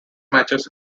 matches